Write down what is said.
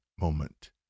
moment